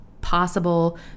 possible